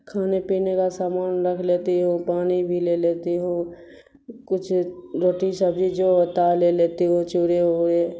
کھانے پینے کا سامان رکھ لیتی ہوں پانی بھی لے لیتی ہوں کچھ روٹی سبزی جو ہوتا ہے لے لیتی ہوں چوڑے اوڑے